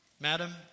Madam